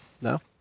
No